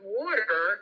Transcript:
water